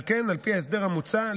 על כן, על פי ההסדר המוצע,